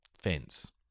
fence